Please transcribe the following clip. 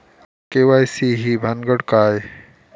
KYC ही भानगड काय?